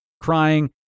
crying